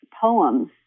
poems